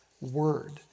word